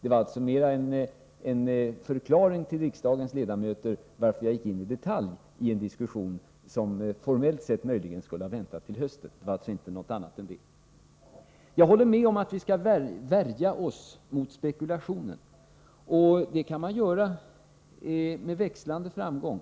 Det var alltså en förklaring till riksdagens ledamöter till varför jag gick in i detalj i en diskussion som formellt sett möjligen skulle ha väntat till hösten — ingenting annat. Jag håller med om att vi skall värja oss mot spekulation. Det kan man göra med växlande framgång.